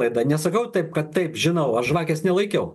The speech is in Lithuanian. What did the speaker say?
tada nesakau taip kad taip žino o žvakės nelaikiau